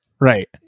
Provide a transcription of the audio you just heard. Right